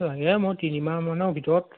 এই মই তিনিমাহমানৰ ভিতৰত